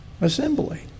Assembly